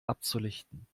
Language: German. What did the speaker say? abzulichten